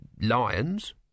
lions